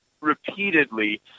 repeatedly